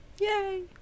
Yay